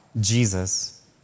Jesus